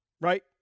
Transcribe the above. right